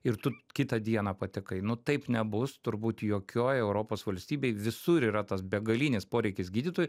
ir tu kitą dieną patekai nu taip nebus turbūt jokioj europos valstybėj visur yra tas begalinis poreikis gydytojų